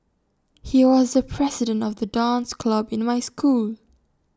he was the president of the dance club in my school